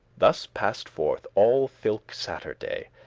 thus passed forth all thilke saturday,